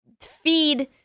feed